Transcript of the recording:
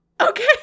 Okay